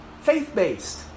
Faith-based